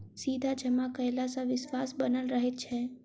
सीधा जमा कयला सॅ विश्वास बनल रहैत छै